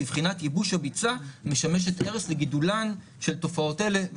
בבחינת ייבוש הביצה המשמשת ערש לגידולן של תופעות אלה".